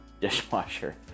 dishwasher